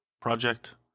project